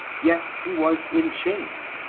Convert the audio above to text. yet he was in chains,